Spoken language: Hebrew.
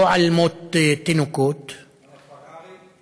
לא על מות תינוקות, על הפרארי.